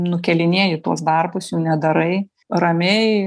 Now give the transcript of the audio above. nukėlinėji tuos darbus nedarai ramiai